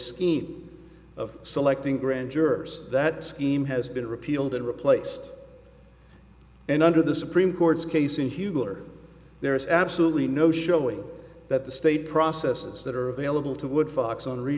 scheme of selecting grand jurors that scheme has been repealed and replaced and under the supreme court's case in huger there is absolutely no showing that the state processes that are available to would fox